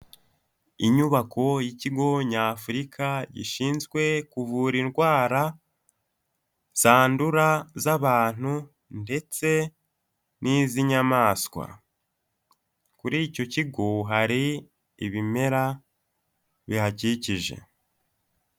Inyubako y'ikigo Nyafurika gishinzwe kuvura indwara zandura z'abantu ndetse n'iz'inyamaswa, kuri icyo kigo hari ibimera bihakikije.